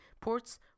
ports